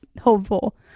Hopeful